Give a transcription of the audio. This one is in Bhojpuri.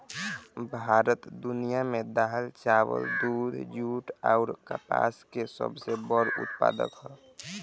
भारत दुनिया में दाल चावल दूध जूट आउर कपास के सबसे बड़ उत्पादक ह